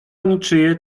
niczyje